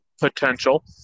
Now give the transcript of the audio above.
potential